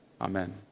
Amen